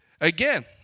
again